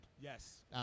Yes